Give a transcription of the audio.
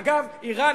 אגב אירן,